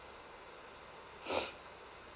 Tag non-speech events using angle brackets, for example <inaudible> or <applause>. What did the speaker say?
<noise>